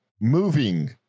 moving